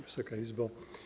Wysoka Izbo!